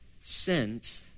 sent